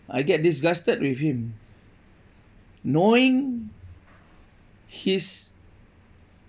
I get disgusted with him knowing his